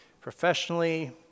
professionally